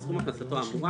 בסכום הכנסתו האמורה,